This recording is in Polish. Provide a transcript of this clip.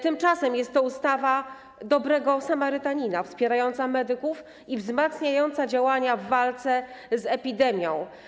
Tymczasem jest to ustawa dobrego samarytanina, wspierająca medyków i wzmacniająca działania w walce z epidemią.